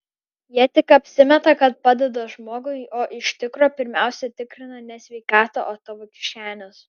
jie tik apsimeta kad padeda žmogui o iš tikro pirmiausia tikrina ne sveikatą o tavo kišenes